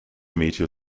meteor